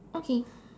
okay